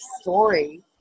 story